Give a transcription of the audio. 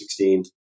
2016